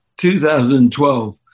2012